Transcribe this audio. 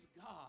God